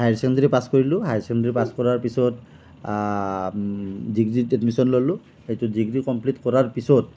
higher secondary pass কৰিলোঁ higher secondary pass কৰাৰ পিছত ডিগ্ৰীত এডমিচন ল'লোঁ এইটো ডিগ্ৰী কমপ্লিট কৰাৰ পিছত